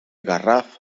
garraf